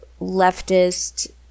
leftist